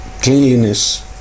cleanliness